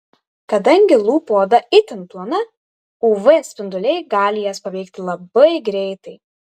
kadangi lūpų oda itin plona uv spinduliai gali jas paveikti labai greitai